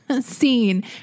scene